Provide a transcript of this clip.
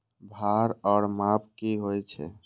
भार ओर माप की होय छै?